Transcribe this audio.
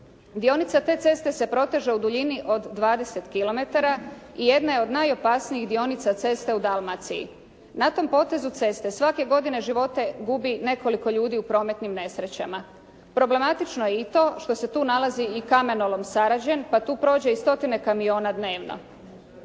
Dionica te ceste se proteže u duljini od 20 kilometara i jedna je od najopasnijih dionica ceste u Dalmaciji. Na tom potezu ceste svake godine živote gubi nekoliko ljudi u prometnim nesrećama. Problematično je i to što se tu nalazi i kamenolom Sarađen pa tu prođe i stotine kamiona dnevno.